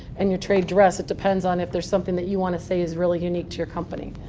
and your trade dress, it depends on if there's something that you want to say is really unique to your company.